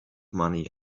money